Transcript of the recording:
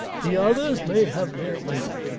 the others may have their will.